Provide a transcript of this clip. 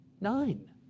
nine